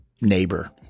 neighbor